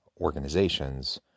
organizations